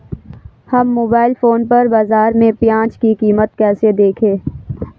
हम mobile phone पर बाज़ार में प्याज़ की कीमत कैसे देखें?